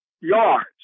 yards